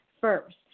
first